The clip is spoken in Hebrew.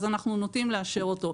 אז אנחנו נוטים לאשר אותו,